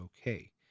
okay